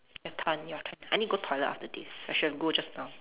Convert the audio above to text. your turn your turn I need go toilet after this I should have go just now